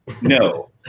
No